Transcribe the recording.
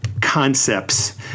concepts